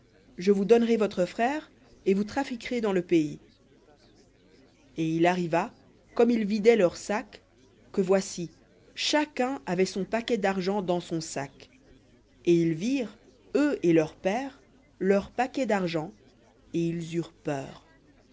je vous donnerai votre frère et vous trafiquerez dans le pays et il arriva comme ils vidaient leurs sacs que voici chacun avait son paquet d'argent dans son sac et ils virent eux et leur père leurs paquets d'argent et ils eurent peur